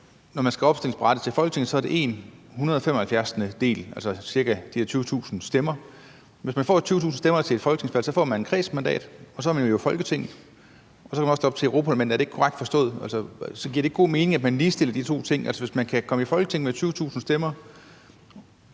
en hundrede og femoghalvfjerdsindstyvendedel, altså cirka 24.000 stemmer. Hvis man får 20.000 stemmer til et folketingsvalg, får man et kredsmandat, og så er man jo i Folketinget, og så kan man også stille op til Europa-Parlamentet. Er det ikke korrekt forstået? Så giver det ikke god mening, at man ligestiller de to ting? Hvis man kan komme i Folketinget med 20.000 stemmer,